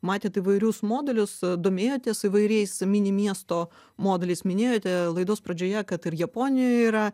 matėt įvairius modelius domėjotės įvairiais mini miesto modeliais minėjote laidos pradžioje kad ir japonijoj yra